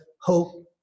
hope